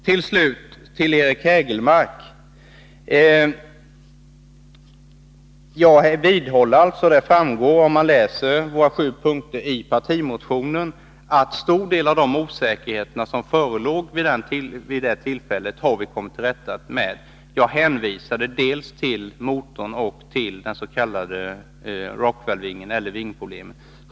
Till slut vill jag säga till Eric Hägelmark att jag vidhåller — och det framgår om man läser våra sju punkter i partimotionen — att en stor del av de osäkerheter som förelåg vid det tillfället har vi kommit till rätta med. Jag hänvisade dels till motorn, dels till vingproblemet, eller den s.k. Rockwellvingen.